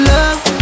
Love